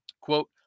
Quote